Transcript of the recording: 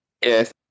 Yes